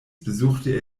besuchte